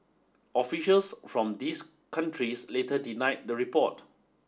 officials from these countries later denied the report